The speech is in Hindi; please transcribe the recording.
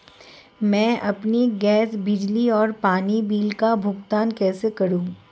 मैं अपने गैस, बिजली और पानी बिल का भुगतान कैसे करूँ?